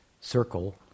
circle